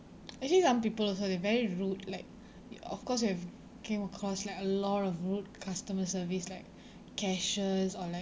actually some people also they're very rude like of course you have came across like a lot of rude customer service like cashiers or like